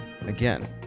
again